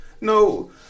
no